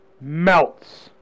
melts